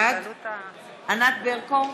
בעד ענת ברקו,